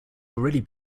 already